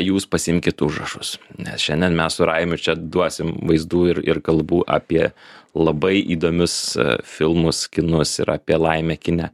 jūs pasiimkit užrašus nes šiandien mes su raimiu čia duosim vaizdų ir ir kalbų apie labai įdomius filmus kinus ir apie laimę kine